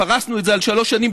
ופרסנו את זה על שלוש שנים,